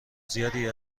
زیادی